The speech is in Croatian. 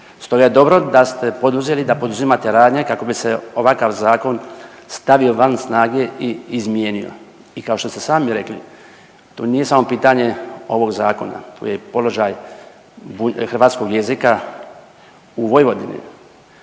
Stoga je dobro da ste poduzeli, da poduzimate radnje kako bi se ovakav zakon stavio van snage i izmijenio. I kao što ste sami rekli to nije samo pitanje ovog zakona, tu je i položaj hrvatskoj jezika u Vojvodini.